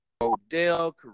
Odell